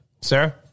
Sarah